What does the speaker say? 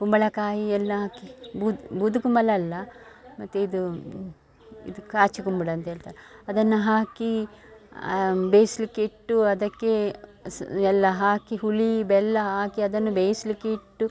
ಕುಂಬಳಕಾಯಿ ಎಲ್ಲ ಹಾಕಿ ಬೂದು ಬೂದುಗುಂಬಳ ಅಲ್ಲ ಮತ್ತು ಇದು ಇದು ಕಾಚ್ ಗುಂಬಳ ಅಂತ್ಹೇಳ್ತಾರೆ ಅದನ್ನು ಹಾಕಿ ಬೇಯಿಸಲಿಕ್ಕೆ ಇಟ್ಟು ಅದಕ್ಕೆ ಸ್ ಎಲ್ಲ ಹಾಕಿ ಹುಳಿ ಬೆಲ್ಲ ಹಾಕಿ ಅದನ್ನು ಬೇಯಿಸಲಿಕ್ಕೆ ಇಟ್ಟು